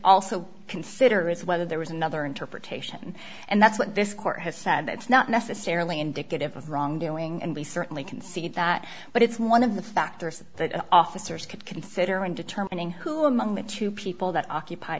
also consider is whether there was another interpretation and that's what this court has said that's not necessarily indicative of wrongdoing and we certainly can see that but it's one of the factors that officers could consider in determining who among the two people that occup